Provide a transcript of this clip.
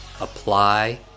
Apply